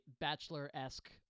bachelor-esque